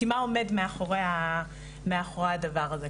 כי מה עומד מאחורי הדבר הזה?